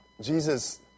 Jesus